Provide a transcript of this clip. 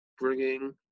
bringing